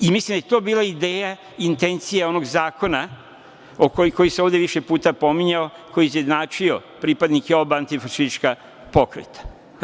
Mislim da je to bila ideja i intencija onog zakona koji se ovde više puta pominjao, koji je izjednačio pripadnike oba antifašistička pokreta.